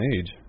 age